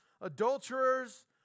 adulterers